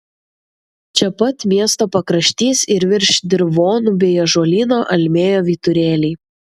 čia pat miesto pakraštys ir virš dirvonų bei ąžuolyno almėjo vyturėliai